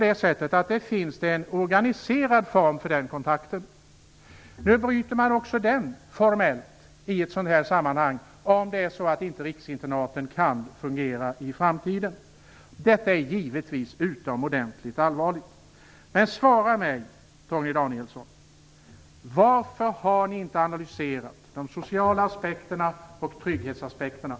Det finns en organiserad form för denna kontakt. Nu bryter man formellt också denna om det skulle bli så att riksinternaten inte kan fungera i framtiden. Detta är givetvis utomordentligt allvarligt. Svara mig, Torgny Danielsson: Varför har ni inte analyserat de sociala aspekterna och trygghetsaspekterna?